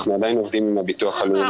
אנחנו עדיין עובדים עם הביטוח הלאומי